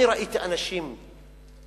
אני ראיתי אנשים לחוצים,